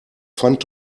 pfand